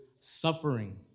suffering